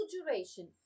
duration